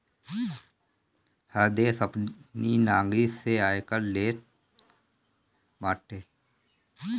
हर देस अपनी नागरिक से आयकर लेत बाटे